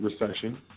recession